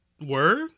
Word